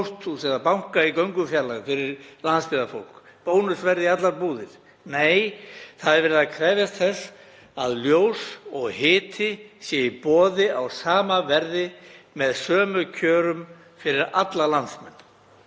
jörð, pósthús eða banka í göngufjarlægð fyrir landsbyggðarfólk, bónusverð í allar búðir. Nei, það er verið að krefjast þess að ljós og hiti sé í boði á sama verði með sömu kjörum fyrir alla landsmenn,